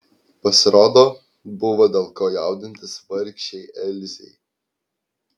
pasirodo buvo dėl ko jaudintis vargšei elzei